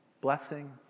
Blessing